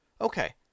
okay